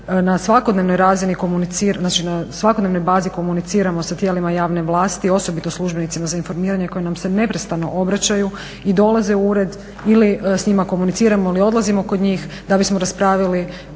na svakodnevnoj bazi komuniciramo sa tijelima javne vlasti osobito službenicima za informiranje koji nam se neprestano obraćaju i dolaze u ured ili s njima komuniciramo ili odlazimo kod njih da bismo raspravili